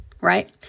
right